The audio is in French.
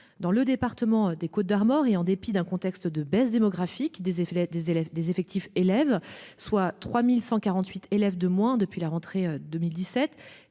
dans le département des Côtes d'Armor et en dépit d'un contexte de baisse démographique des effets des élèves des effectifs élèves, soit 3148 élèves de moins depuis la rentrée 2017